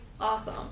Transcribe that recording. awesome